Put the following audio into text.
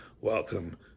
welcome